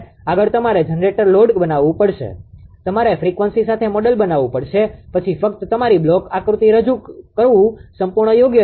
આગળ તમારે generator load બનાવવું પડશે તમારે ફ્રીક્વન્સી સાથે મોડેલ બનાવવું પડશે પછી ફક્ત તમારી બ્લોક આકૃતિ રજૂ કરવું સંપૂર્ણ યોગ્ય રહેશે